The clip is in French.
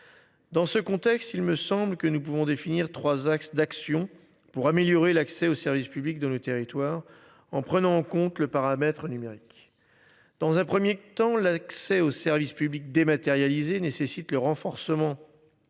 Dans ce contexte, il me semble que nous pouvons définir trois axes d'actions pour améliorer l'accès aux services publics dans le territoire en prenant en compte le paramètre numérique. Dans un 1er temps, l'accès aux services publics dématérialisés nécessite le renforcement. De notre